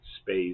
space